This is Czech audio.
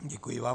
Děkuji vám.